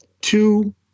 two